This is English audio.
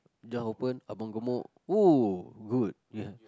just open abang-gemuk !ooh! good ya